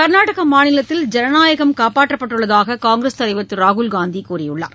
கர்நாடக மாநிலத்தில் ஜனநாயகம் காப்பாற்றப்பட்டுள்ளதாக காங்கிரஸ் தலைவர் திரு ராகுல்கூந்தி கூறியுள்ளார்